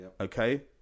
Okay